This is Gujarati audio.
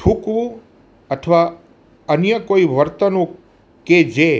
થૂંકવું અથવા અન્ય કોઇ વર્તણૂંક કે જે